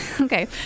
Okay